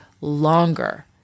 longer